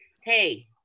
hey